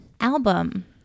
Album